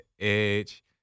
Edge